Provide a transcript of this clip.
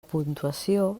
puntuació